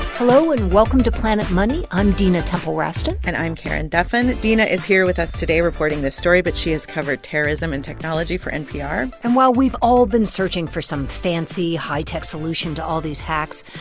hello, and welcome to planet money. i'm dina temple-raston and i'm karen duffin. dina is here with us today reporting this story, but she has covered terrorism and technology for npr and while we've all been searching for some fancy, high-tech solution to all these hacks,